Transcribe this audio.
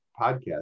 podcast